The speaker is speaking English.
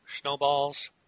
snowballs